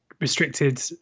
restricted